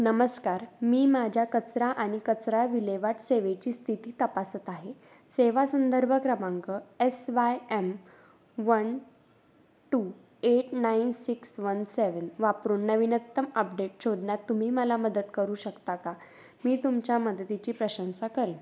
नमस्कार मी माझ्या कचरा आणि कचरा विल्हेवाट सेवेची स्थिती तपासत आहे सेवा संदर्भ क्रमांक S Y M one two eight nine six one seven वापरून नवीनतम अपडेट शोधण्यात तुम्ही मला मदत करू शकता का मी तुमच्या मदतीची प्रशंसा करेन